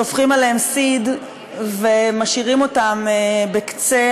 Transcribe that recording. שופכים עליהם סיד ומשאירים אותם בקצה